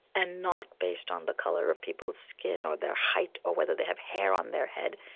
and not based on the color of people's skin, or their height, or whether they have hair on their head.